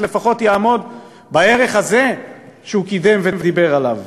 לפחות יעמוד בערך הזה שהוא קידם ודיבר עליו?